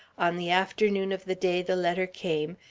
on the afternoon of the day the letter came,